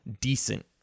decent